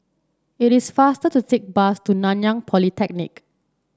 it is faster to take the bus to Nanyang Polytechnic